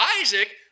Isaac